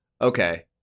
Okay